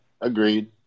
Agreed